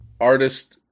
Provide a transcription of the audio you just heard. artist